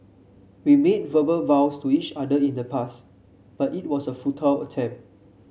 we made verbal vows to each other in the past but it was a futile attempt